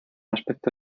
aspecto